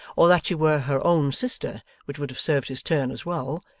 or that she were her own sister, which would have served his turn as well,